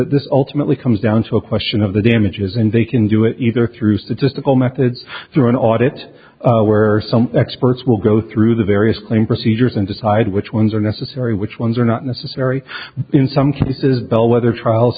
that this ultimately comes down to a question of the damages and they can do it either through statistical methods through an audit where some experts will go through the various claims procedures and decide which ones are necessary which ones are not necessary in some cases bellwether trials